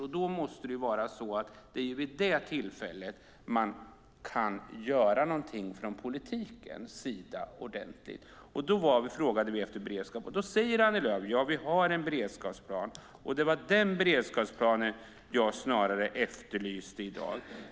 Och det måste vara så att det är vid det tillfället man kan göra något ordentligt från politikens sida. Vi frågade efter beredskap, och då sade Annie Lööf: Vi har en beredskapsplan. Det var den beredskapsplanen som jag snarare efterlyste i dag.